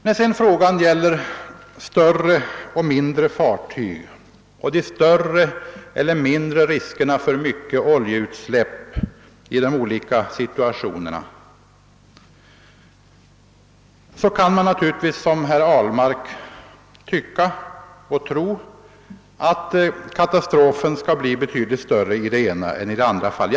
När frågan sedan gäller större och mindre fartyg och de större eller mindre riskerna för oljeutsläpp i de olika situationerna, kan man naturligtvis, som herr Ahlmark, tycka och tro att katastroferna skall bli betydligt större i det ena än i det andra fallet.